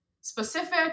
specific